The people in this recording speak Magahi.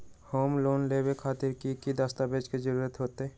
होम लोन लेबे खातिर की की दस्तावेज के जरूरत होतई?